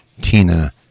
Tina